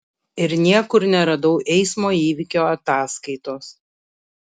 ir niekur neradau eismo įvykio ataskaitos